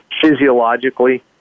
physiologically